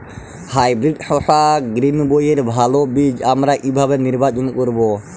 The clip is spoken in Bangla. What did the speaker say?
হাইব্রিড শসা গ্রীনবইয়ের ভালো বীজ আমরা কিভাবে নির্বাচন করব?